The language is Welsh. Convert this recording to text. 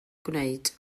gwneud